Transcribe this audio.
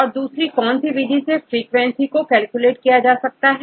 और दूसरी कौन सी विधि से फ्रीक्वेंसी को कैलकुलेट किया जा सकता है